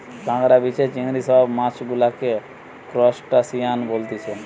কাঁকড়া, বিছে, চিংড়ি সব মাছ গুলাকে ত্রুসটাসিয়ান বলতিছে